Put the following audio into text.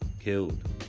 killed